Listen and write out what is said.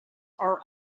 are